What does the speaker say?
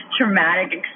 traumatic